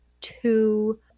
two